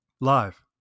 live